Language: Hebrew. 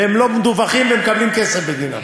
והם לא מדווחים ומקבלים כסף בשבילם.